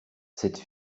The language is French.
cette